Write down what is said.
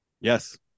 Yes